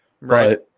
Right